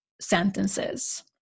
sentences